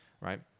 Right